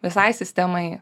visai sistemai